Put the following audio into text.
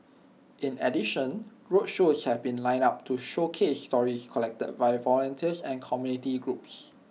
in addition roadshows have been lined up to showcase stories collected by volunteers and community groups